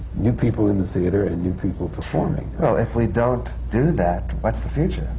new people in the theatre and new people performing. well, if we don't do that, what's the future?